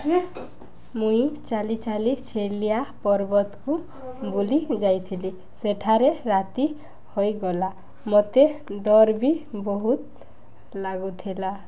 ମୁଇଁ ଚାଲି ଚାଲି ଛେଲିଆ ପର୍ବତକୁ ବୁଲି ଯାଇଥିଲି ସେଠାରେ ରାତି ହୋଇଗଲା ମତେ ଡର୍ ବି ବହୁତ ଲାଗୁଥିଲା